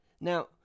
Now